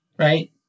Right